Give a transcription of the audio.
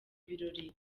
birori